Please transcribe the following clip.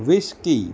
whiskey